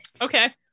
okay